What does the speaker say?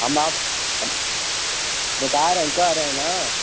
हम आप हम बता रहे है कह रहे हैं न